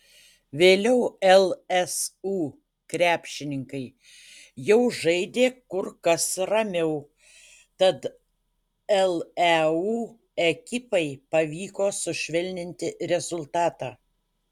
vėliau lsu krepšininkai jau žaidė kur kas ramiau tad leu ekipai pavyko sušvelninti rezultatą